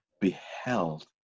beheld